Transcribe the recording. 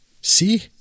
See